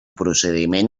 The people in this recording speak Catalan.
procediment